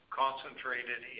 concentrated